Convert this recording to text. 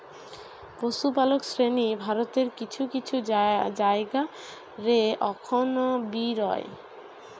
পশুপালক শ্রেণী ভারতের কিছু কিছু জায়গা রে অখন বি রয়